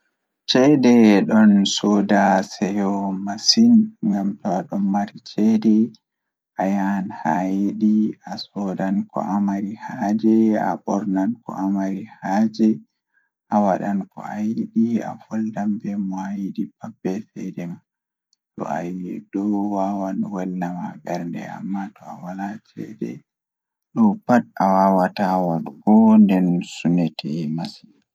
Koɓe tagi haa duniyaaru jei ɓuri E njaatigi maɓɓe e no waɗi ko jooɗaade ngoodaaɗi, kono ngoodi heen walla jogii cuɗii, hitaan tawii ndon waɗi ngooru ngam haɓɓude ngelnaange e nder yeeso. Si tawii ngoodi waɗaa roƴɓe kanko e waɗde waɗitugol goonga, ko maa ngoodi ɓuri jooni walla waɗtu jogiraa goonga. Konngol fawru e ɗo doole jooɗa ko si maƴii ngoodi goɗɗe nguurndal.